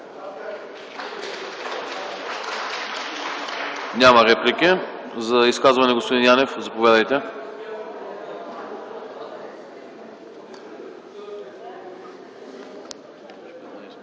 Няма. За изказване, господин Янев, заповядайте.